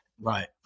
Right